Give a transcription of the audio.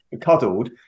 cuddled